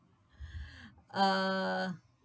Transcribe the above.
uh